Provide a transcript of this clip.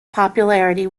popularity